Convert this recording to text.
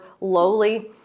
lowly